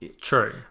True